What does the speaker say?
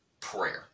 prayer